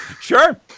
Sure